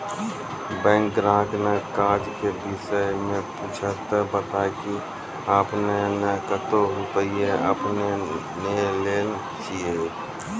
Bank ग्राहक ने काज के विषय मे पुछे ते बता की आपने ने कतो रुपिया आपने ने लेने छिए?